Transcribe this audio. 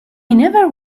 never